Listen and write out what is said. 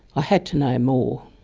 ah had to know more.